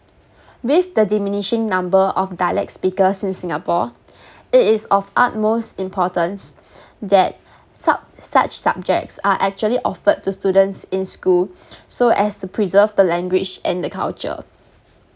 with the diminishing number of dialect speakers in singapore it is of utmost importance that sub~ such subjects are actually offered to students in school so as to preserve the language and the culture